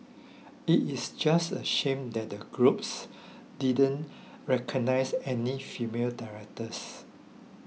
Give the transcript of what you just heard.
it is just a shame that the Globes didn't recognise any female directors